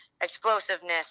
explosiveness